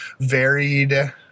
varied